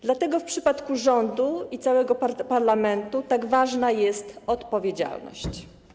Dlatego w przypadku rządu i całego parlamentu tak ważna jest odpowiedzialność.